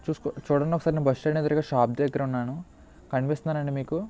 చూస్తూ చూడండి ఒకసారి బస్టాండ్ ఎదురుగా షాప్ దగ్గర ఉన్నాను కనిపిస్తున్నానండి మీకు